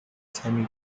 semi